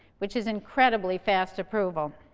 which is incredibly fast approval.